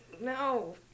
No